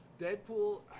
Deadpool